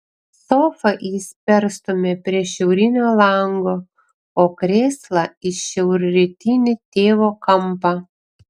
sofą jis perstumia prie šiaurinio lango o krėslą į šiaurrytinį tėvo kampą